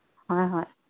ꯍꯣꯏ ꯍꯣꯏ